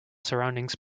surroundings